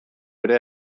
ere